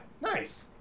Nice